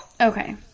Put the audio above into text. Okay